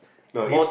no if